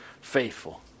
faithful